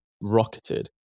rocketed